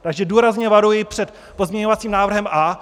Takže důrazně varuji před pozměňovacím návrhem A.